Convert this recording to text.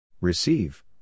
Receive